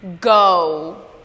Go